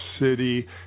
City